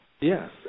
Yes